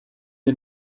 wir